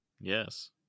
Yes